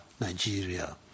Nigeria